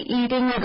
eating